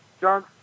John